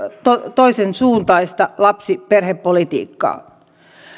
toisensuuntaista lapsiperhepolitiikkaa